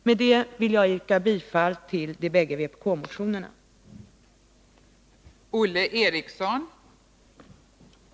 Med det anförda vill jag yrka bifall till de bägge vpk-motionerna, 958 och 2491.